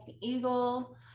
Eagle